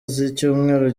z’icyumweru